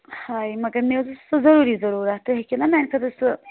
ہاے مگر مےٚ حظ ٲس سُہ ضروٗری ضروٗرَت تُہۍ ہیٚکِو نا میٛانہِ خٲطرٕ سُہ